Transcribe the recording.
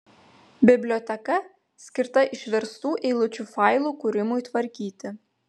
biblioteka skirta išverstų eilučių failų kūrimui tvarkyti